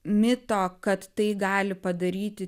mito kad tai gali padaryti